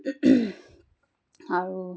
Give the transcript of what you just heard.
আৰু